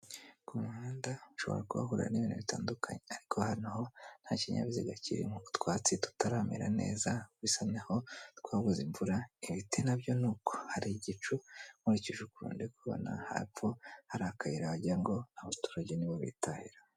Ku muhanda ushobora kuhahurira n'ibintu bitandukanye ariko hano ho nta kinyabiziga kirimo. Utwatsi tutaramera neza, bisa naho twabuze imvura, ibiti na byo ni uko. Hari igicu nkurikije ukuntu ndi kubibona, hepfo hari akayira wagira ngo abaturage ni ho bitahira.